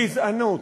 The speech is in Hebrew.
גזענות.